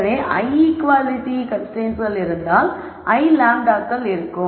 எனவே l equality கன்ஸ்ரைன்ட்ஸ்கள் இருந்தால் l λ க்கள் இருக்கும்